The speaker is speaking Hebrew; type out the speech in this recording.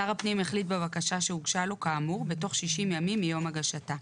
שר הפנים יחליט בבקשה שהוגשה לו כאמור בתוך 60 ימים מיום הגשתה.